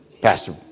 Pastor